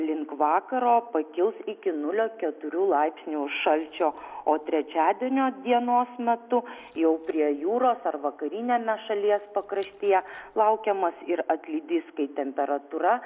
link vakaro pakils iki nulio keturių laipsnių šalčio o trečiadienio dienos metu jau prie jūros ar vakariniame šalies pakraštyje laukiamas ir atlydys kai temperatūra